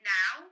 now